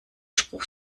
spruch